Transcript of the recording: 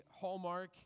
hallmark